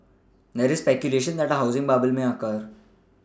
there is speculation that a housing bubble may occur